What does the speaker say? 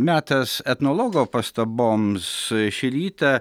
metas etnologo pastaboms šį rytą